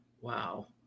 Wow